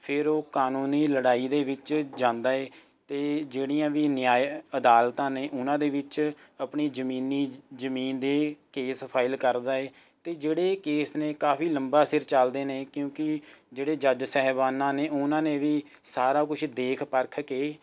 ਫੇਰ ਉਹ ਕਾਨੂੰਨੀ ਲੜਾਈ ਦੇ ਵਿੱਚ ਜਾਂਦਾ ਏ ਤੇ ਜਿਹੜੀਆਂ ਵੀ ਨਿਆਂਏ ਅਦਾਲਤਾਂ ਨੇ ਉਹਨਾਂ ਦੇ ਵਿੱਚ ਆਪਣੀ ਜ਼ਮੀਨੀ ਜ਼ਮੀਨ ਦੇ ਕੇਸ ਫਾਇਲ ਕਰਦਾ ਹੈ ਅਤੇ ਜਿਹੜੇ ਕੇਸ ਨੇ ਕਾਫੀ ਲੰਬਾ ਸਿਰ ਚੱਲਦੇ ਨੇ ਕਿਉਂਕਿ ਜਿਹੜੇ ਜੱਜ ਸਹਿਬਾਨਾਂ ਨੇ ਉਹਨਾਂ ਨੇ ਵੀ ਸਾਰਾ ਕੁਛ ਦੇਖ ਪਰਖ ਕੇ